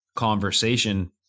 conversation